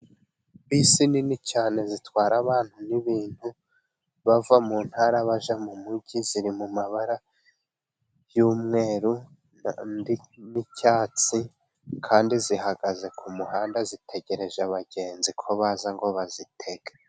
Bisi nini cyane zitwara abantu n'ibintu bava mu ntara bajya mu mugi, ziri mu mabara y'umweru n'icyatsi kandi zihagaze ku muhanda. Zitegereje abagenzi ko baza ngo bazitege.